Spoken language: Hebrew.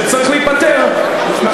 כלב נגוע בכלבת ושצריך להיפטר ממנו.